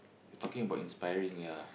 we talking about inspiring ya